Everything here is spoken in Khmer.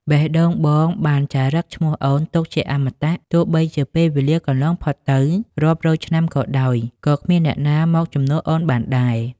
បេះដូងបងបានចារឹកឈ្មោះអូនទុកជាអមតៈ ទោះបីជាពេលវេលាកន្លងផុតទៅរាប់រយឆ្នាំក៏ដោយ ក៏គ្មានអ្នកណាមកជំនួសអូនបានដែរ។